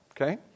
okay